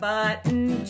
button